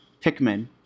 Pikmin